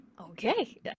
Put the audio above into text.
okay